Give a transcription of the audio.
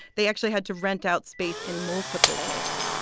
they actually had to rent out space in multiple caves.